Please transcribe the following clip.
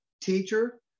teacher